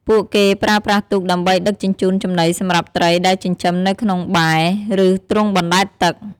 ពួកគេប្រើប្រាស់ទូកដើម្បីដឹកជញ្ជូនចំណីសម្រាប់ត្រីដែលចិញ្ចឹមនៅក្នុងបែរ ឬទ្រុងបណ្ដែតទឹក។